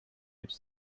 which